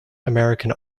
american